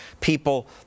people